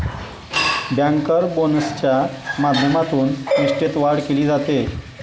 banker बोनसच्या माध्यमातून निष्ठेत वाढ केली जाते